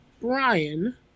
Brian